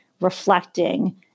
reflecting